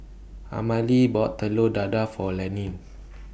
Amalie bought Telur Dadah For Lanny